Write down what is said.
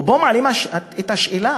ופה מעלים את השאלה,